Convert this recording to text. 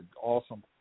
awesome